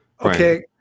Okay